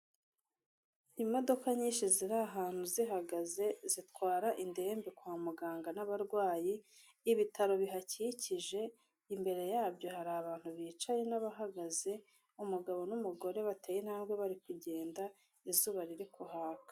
Imodoka nyinshi ziri ahantu zihagaze, zitwara indembe kwa muganga n'abarwayi, ibitaro bihakikije, imbere yabyo hari abantu bicaye n'abahagaze, umugabo n'umugore bateye intambwe bari kugenda, izuba riri kuhaka.